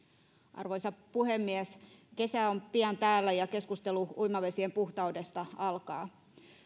arvoisa puhemies kesä on pian täällä ja keskustelu uimavesien puhtaudesta alkaa